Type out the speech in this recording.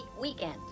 weekend